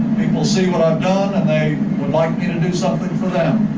people see what i've done and they would like me to do something for them.